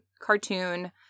cartoon